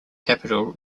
capital